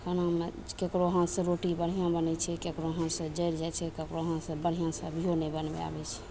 खानामे ककरो हाथसँ रोटी बढ़िआँ बनय छै ककरो हाथसँ जरि जाइ छै ककरो हाथसँ बढ़िआँसँ अभियो नहि बनबय आबय छै